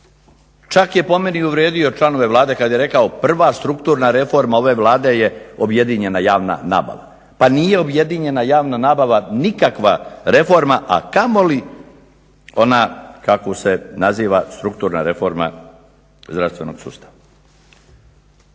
Čak je po meni uvrijedio članove Vlade kad je rekao prva strukturna reforma ove vlade je objedinjena javna nabava. Pa nije objedinjena javna nabava nikakva reforma, a kamoli ona kakvu se naziva strukturna reforma zdravstvenog sustava.